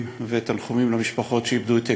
ולהביע תנחומים למשפחות שאיבדו את יקיריהן.